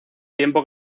tiempo